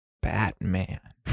Batman